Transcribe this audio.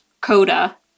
Coda